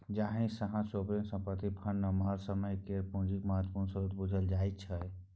जाहि सँ सोवरेन संपत्ति फंड नमहर समय केर पुंजीक महत्वपूर्ण स्रोत बुझल जाइ छै